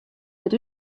net